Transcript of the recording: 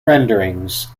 renderings